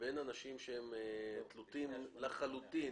בין אנשים שהם תלותיים לחלוטין,